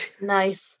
Nice